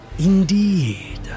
Indeed